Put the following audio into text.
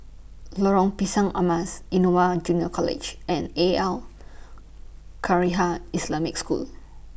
Lorong Pisang Emas Innova Junior College and Al Khairiah Islamic School